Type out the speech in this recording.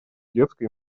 детской